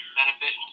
benefit